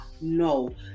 No